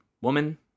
woman